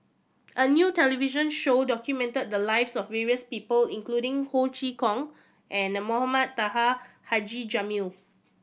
a new television show documented the lives of various people including Ho Chee Kong and Mohamed Taha Haji Jamil